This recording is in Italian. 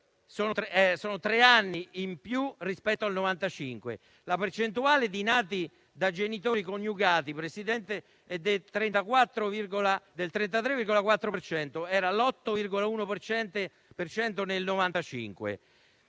sono tre anni in più rispetto al 1995; la percentuale di nati da genitori coniugati è del 33,4 per cento, era